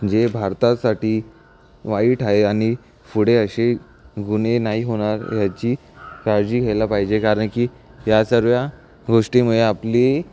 जे भारतासाठी वाईट आहे आणि पुढे अशी गुन्हे नाही होणार याची काळजी घेयला पाहिजे कारण की या सर्व्या गोष्टीमुळे आपली